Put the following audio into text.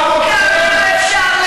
כמה אפשר לשקר?